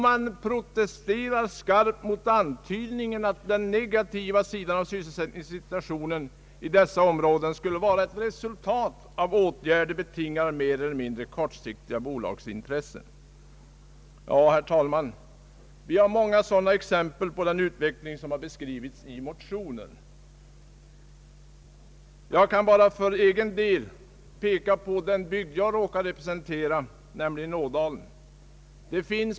Man protesterar skarpt mot antydningen att den negativa sidan av sysselsätt ningssituationen i dessa områden skulle vara ett resultat av åtgärder, betingade av mer eller mindre kortsiktiga bolagsintressen. Herr talman! Vi har många exempel på den utveckling som har beskrivits i motionen. Jag kan peka på den bygd jag råkar representera, nämligen Ådalen.